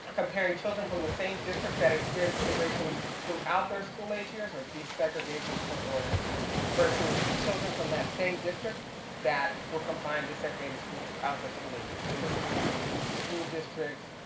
comparing children from the same district that experienced integration throughout their school age years or desegregation court orders versus children from that same district that were confined to segregated schools throughout their school age years. so this is using school district,